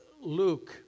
Luke